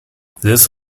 this